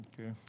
Okay